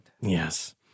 Yes